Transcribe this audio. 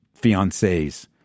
fiancés